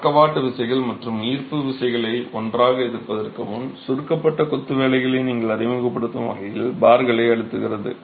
பக்கவாட்டு விசைகள் மற்றும் ஈர்ப்பு விசைகளை ஒன்றாக எதிர்ப்பதற்கு முன் சுருக்கப்பட்ட கொத்து வேலைகளை நீங்கள் அறிமுகப்படுத்தும் வகையில் பார்களை அழுத்துகிறது